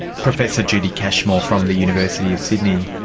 professor judy cashmore from the university of sydney.